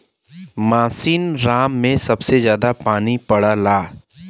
मासिनराम में सबसे जादा पानी पड़ला